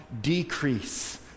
decrease